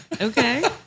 Okay